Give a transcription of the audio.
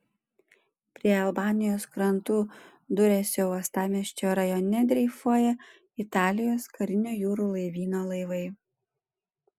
prie albanijos krantų duresio uostamiesčio rajone dreifuoja italijos karinio jūrų laivyno laivai